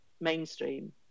mainstream